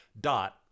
dot